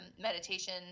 meditation